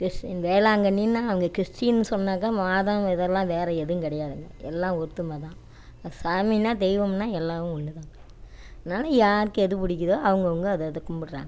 Christian வேளாங்கண்ணினால் அவங்க Christian சொன்னாக்கால் மாதா இதெல்லாம் வேறு எதுவும் கிடையாதுங்க எல்லாம் ஒற்றுமதான் சாமினால் தெய்வம்னால் எல்லாம் ஒன்றுதான் அதனால யாருக்கு எது பிடிக்கிதோ அவுங்கவங்க அதை அதை கும்பிட்றாங்க